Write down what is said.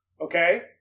Okay